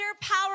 power